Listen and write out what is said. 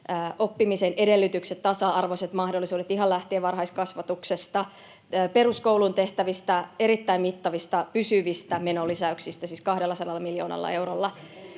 oppimisen edellytykset, tasa-arvoiset mahdollisuudet ihan lähtien varhaiskasvatuksesta, peruskouluun tehtävistä erittäin mittavista pysyvistä menolisäyksistä, siis 200 miljoonalla eurolla.